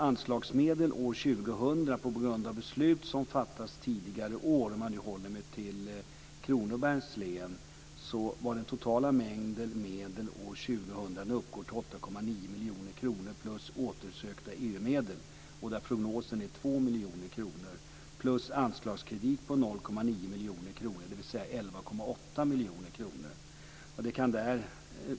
Anslagsmedel år 2000 på grund av beslut som fattats under tidigare år - om jag nu håller mig till sammanlagt 11,8 miljoner kronor.